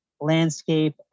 landscape